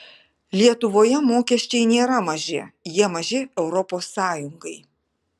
lietuvoje mokesčiai nėra maži jie maži europos sąjungai